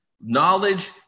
Knowledge